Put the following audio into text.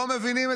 לא מבינים.